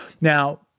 Now